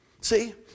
See